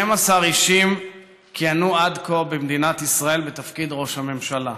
12 אישים כיהנו עד כה במדינת ישראל בתפקיד ראש הממשלה.